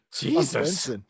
Jesus